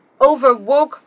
Overwoke